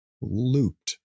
looped